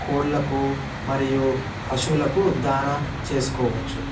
కోళ్ళకు మరియు పశువులకు దానా చేసుకోవచ్చు